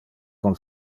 con